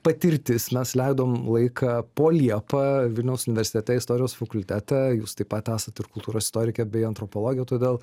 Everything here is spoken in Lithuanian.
patirtis mes leidom laiką po liepa vilniaus universitete istorijos fakultete jūs taip pat esat ir kultūros istorikė bei antropologė todėl